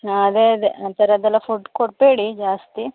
ಹಾಂ ಅದೆ ಅದೆ ಆ ಥರದ್ದೆಲ್ಲ ಫುಡ್ ಕೊಡಬೇಡಿ ಜಾಸ್ತಿ